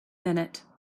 minute